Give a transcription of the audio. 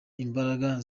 imbaraga